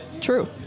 True